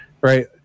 right